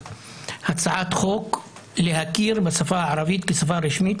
הצעת חוק להכיר בשפה הערבית כשפה רשמית.